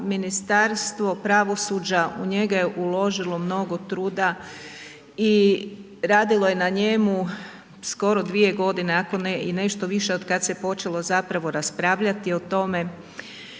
Ministarstvo pravosuđa u njega je uložilo mnogo truda i radilo je na njemu skoro 2 godine ako ne i nešto više od kad se počelo zapravo raspravljati o tome.